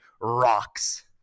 rocks